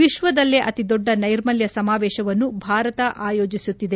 ವಿಶ್ವದಲ್ಲೇ ಅತಿದೊಡ್ಡ ನೈರ್ಮಲ್ಯ ಸಮಾವೇಶವನ್ನು ಭಾರತ ಅಯೋಜಿಸುತ್ತಿದೆ